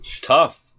Tough